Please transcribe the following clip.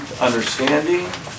Understanding